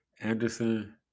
Anderson